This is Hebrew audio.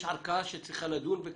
יש ערכאה שאמורה לדון בכך.